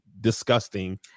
disgusting